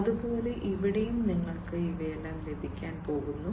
അതുപോലെ ഇവിടെയും നിങ്ങൾക്ക് ഇവയെല്ലാം ലഭിക്കാൻ പോകുന്നു